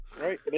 Right